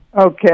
Okay